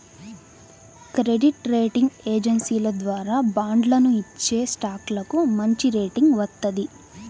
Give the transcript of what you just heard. credit rating ఏజెన్సీల ద్వారా బాండ్లను ఇచ్చేస్టాక్లకు మంచిరేటింగ్ వత్తది